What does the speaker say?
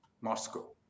Moscow